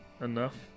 enough